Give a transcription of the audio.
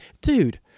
dude